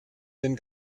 den